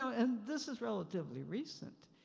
know, and this is relatively recent.